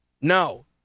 No